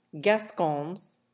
Gascons